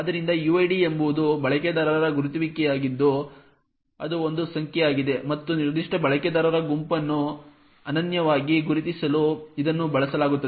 ಆದ್ದರಿಂದ uid ಎಂಬುದು ಬಳಕೆದಾರ ಗುರುತಿಸುವಿಕೆಯಾಗಿದ್ದು ಅದು ಒಂದು ಸಂಖ್ಯೆಯಾಗಿದೆ ಮತ್ತು ನಿರ್ದಿಷ್ಟ ಬಳಕೆದಾರರ ಗುಂಪನ್ನು ಅನನ್ಯವಾಗಿ ಗುರುತಿಸಲು ಇದನ್ನು ಬಳಸಲಾಗುತ್ತದೆ